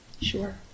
sure